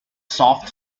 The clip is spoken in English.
soft